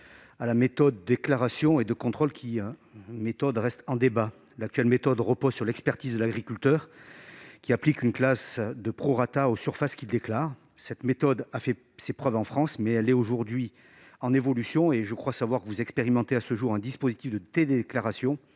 à une méthode de déclaration et de contrôle qui reste en débat. L'actuelle repose sur l'expertise de l'agriculteur, qui applique une classe de prorata aux surfaces qu'il déclare. Cette méthode a fait ses preuves en France, mais elle est aujourd'hui en évolution, et je crois savoir que vous expérimentez à ce jour un dispositif de télédétection